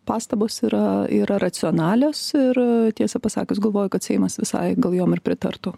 pastabos yra yra racionalios ir tiesą pasakius galvoju kad seimas visai gal jom ir pritartų